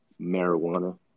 marijuana